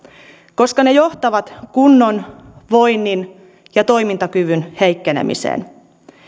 koska ne johtavat kunnon voinnin ja toimintakyvyn heikkenemiseen